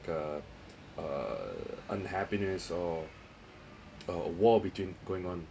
uh err unhappiness or uh war between going on